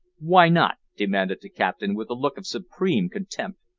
why not? demanded the captain, with a look of supreme contempt,